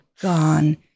gone